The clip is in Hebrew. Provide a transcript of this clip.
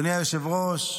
אדוני היושב-ראש,